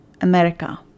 america